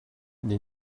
n’est